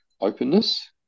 openness